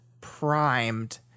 primed